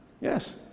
Yes